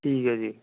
ਠੀਕ ਹੈ ਜੀ